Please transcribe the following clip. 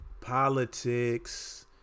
politics